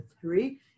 three